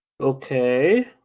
Okay